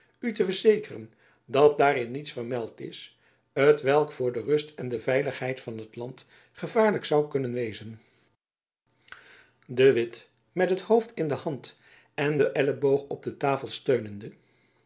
u te verzekeren dat daarin niets jacob van lennep elizabeth musch vermeld is t welk voor de rust en de veiligheid van t land gevaarlijk zoû kunnen wezen de witt met het hoofd in de hand en de elboog op de tafel steunende